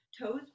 toes